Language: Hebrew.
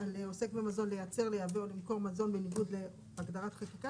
אחרי פסקה (1) יבוא: "הוראות סימון לפי ההוראות המאומצות כהגדרתן בסעיף